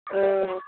औ